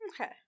Okay